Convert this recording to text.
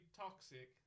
toxic